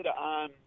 on